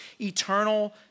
eternal